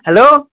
hello